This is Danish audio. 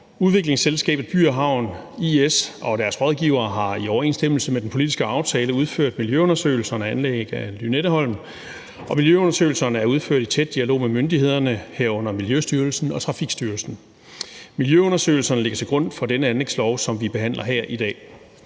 Udviklingsselskabet By & Havn I/S og deres rådgivere har i overensstemmelse med den politiske aftale udført miljøundersøgelser af anlæg af Lynetteholm, og miljøundersøgelserne er udført i tæt dialog med myndighederne, herunder Miljøstyrelsen og Trafikstyrelsen. Miljøundersøgelserne ligger til grund for det anlægslovforslag, som vi behandler her i dag.